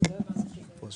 את זה כך.